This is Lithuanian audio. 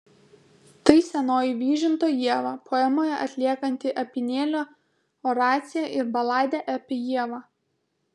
tai senoji vyžinto ieva poemoje atliekanti apynėlio oraciją ir baladę apie ievą